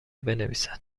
بنویسد